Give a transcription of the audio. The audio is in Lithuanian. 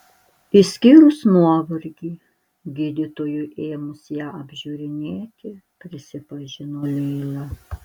išskyrus nuovargį gydytojui ėmus ją apžiūrinėti prisipažino leila